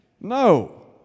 No